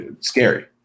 scary